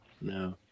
No